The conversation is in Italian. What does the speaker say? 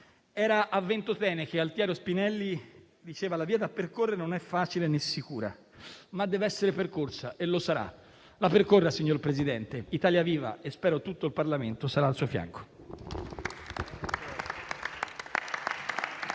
Era a Ventotene che Altiero Spinelli diceva che la via da percorrere non è facile, né sicura; ma deve essere percorsa e lo sarà. La percorra, signor Presidente; Italia Viva e spero tutto il Parlamento sarà al suo fianco.